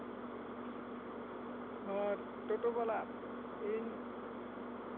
ᱟᱨ ᱴᱳᱴᱳᱵᱟᱞᱟ ᱤᱧ